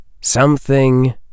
Something